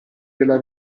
della